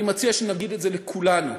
אני מציע שנגיד את זה לכולנו.